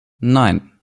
nein